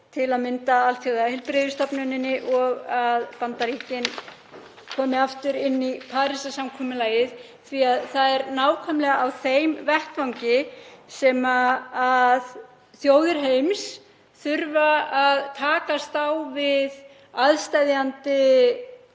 til að mynda með Alþjóðaheilbrigðismálastofnuninni og að Bandaríkin komi aftur inn í Parísarsamkomulagið. Það er nákvæmlega á þeim vettvangi sem þjóðir heims þurfa að takast á við aðsteðjandi